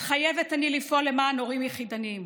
מתחייבת אני לפעול למען הורים יחידנים,